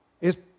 Es